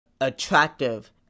attractive